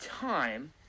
time